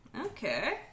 Okay